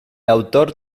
autor